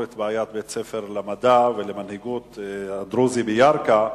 את בעיית בית-הספר למדע ולמנהיגות הדרוזי בירכא.